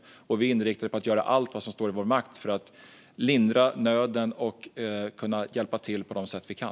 Därmed inriktar vi oss på att göra allt som står i vår makt för att lindra nöden och hjälpa till på de sätt vi kan.